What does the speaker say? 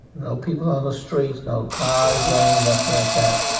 no people on the street. no cars running. nothing like that.